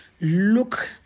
look